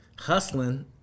hustling